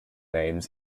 names